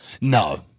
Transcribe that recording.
No